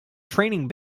training